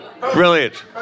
Brilliant